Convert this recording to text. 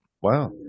wow